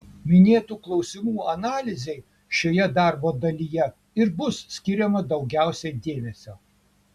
minėtų klausimų analizei šioje darbo dalyje ir bus skiriama daugiausiai dėmesio